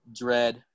Dread